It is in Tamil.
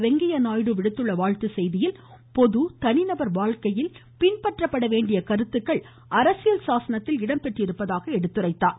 வெங்கய்ய நாயுடு விடுத்துள்ள வாழ்த்துச்செய்தியில் பொது தனிநபர் வாழ்க்கையில் பின்பற்றப்பட வேண்டிய கருத்துக்கள் அரசியல் சாசனத்தில் இடம்பெற்றிருப்பதாக தெரிவித்தார்